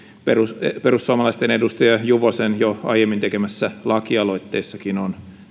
perussuomalaisten edustajan juvosen jo aiemmin tekemässä lakialoitteessakin on